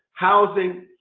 housing,